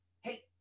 hey